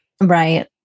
Right